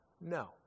no